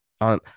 on